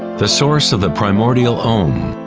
the source of the primordial om.